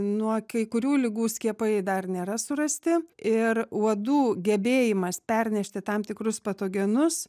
nuo kai kurių ligų skiepai dar nėra surasti ir uodų gebėjimas pernešti tam tikrus patogenus